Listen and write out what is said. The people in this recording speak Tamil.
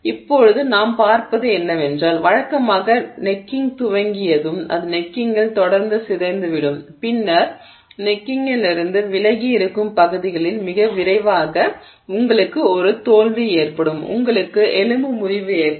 இப்போது நாம் பார்ப்பது என்னவென்றால் வழக்கமாக கழுத்து துவங்கியதும் அது கழுத்தில் தொடர்ந்து சிதைந்துவிடும் பின்னர் கழுத்திலிருந்து விலகி இருக்கும் பகுதிகளில் மிக விரைவாக உங்களுக்கு ஒரு தோல்வி ஏற்படும் உங்களுக்கு எலும்பு முறிவு ஏற்படும்